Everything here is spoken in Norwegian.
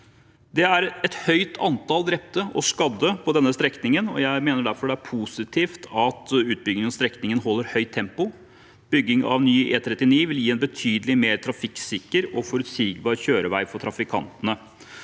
Det er et høyt antall drepte og skadde på denne strekningen, og jeg mener derfor det er positivt at utbygging av strekningen holder høyt tempo. Bygging av ny E39 vil gi en betydelig mer trafikksikker og forutsigbar kjørevei for trafikantene.